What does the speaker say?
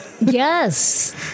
Yes